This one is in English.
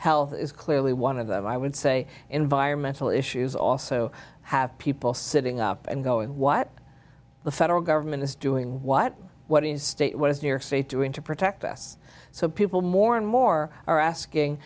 health is clearly one of them i would say environmental issues also have people sitting up and go and what the federal government is doing what what is state what is your state doing to protect us so people more and more are asking